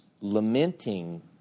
lamenting